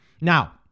now